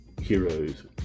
Heroes